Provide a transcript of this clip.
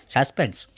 Suspense